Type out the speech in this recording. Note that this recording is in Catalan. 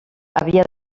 havia